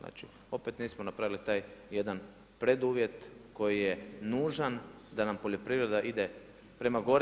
Znači, opet nismo napravili taj jedan preduvjet koji je nužan da nam poljoprivreda ide prema gore.